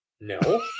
No